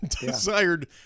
desired